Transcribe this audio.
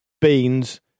beans